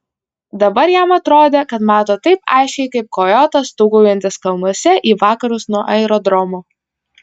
dabar jam atrodė kad mato taip aiškiai kaip kojotas stūgaujantis kalnuose į vakarus nuo aerodromo